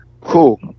cool